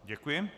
Děkuji.